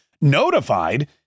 notified